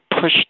push